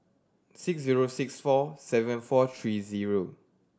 six zero six four seven four three zero